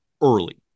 early